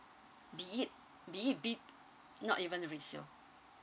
be it be it be not even a resale